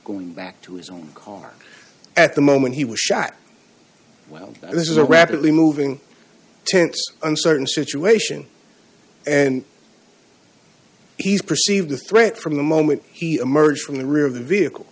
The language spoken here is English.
going back to his own car at the moment he was shot while this is a rapidly moving tense uncertain situation and he's perceived a threat from the moment he emerged from the rear of the vehicle